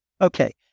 Okay